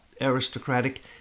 aristocratic